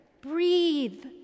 breathe